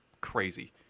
crazy